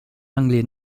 anglais